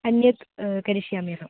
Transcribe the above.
अन्यत् करिष्यामि अहं